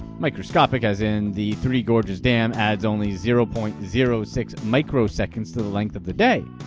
microscopic as in, the three gorges dam adds only zero point zero six microseconds to the length of the day.